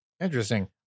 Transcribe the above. Interesting